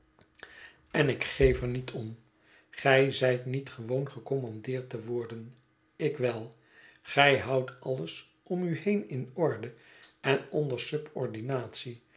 en ik geef er niet om gij zijt niet gewoon gekommandeerd te worden ik wel gij houdt alles om u heen in orde en onder